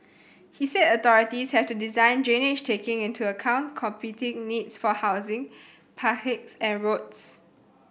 he said authorities have to design drainage taking into account competing needs for housing and roads